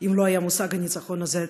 אם לא היה מושג הניצחון הזה,